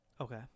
Okay